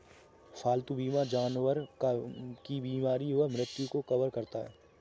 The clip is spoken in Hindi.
पालतू बीमा जानवर की बीमारी व मृत्यु को कवर करता है